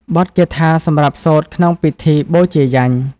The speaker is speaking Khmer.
បទគាថាសម្រាប់សូត្រក្នុងពិធីបូជាយញ្ញ។